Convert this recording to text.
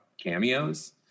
cameos